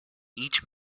each